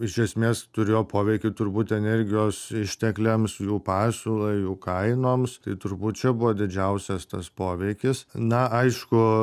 iš esmės turėjo poveikį turbūt energijos ištekliams jų pasiūlai jų kainoms tai turbūt čia buvo didžiausias tas poveikis na aišku